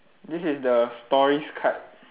this is the stories card